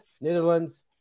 Netherlands